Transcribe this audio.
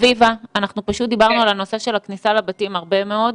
אנחנו דיברנו על הנושא של הכניסה לבתים הרבה מאוד,